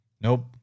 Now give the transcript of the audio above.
nope